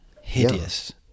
hideous